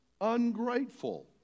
Ungrateful